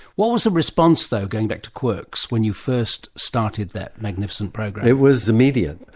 what was the response, though, going back to quirks, when you first started that magnificent program? it was immediate.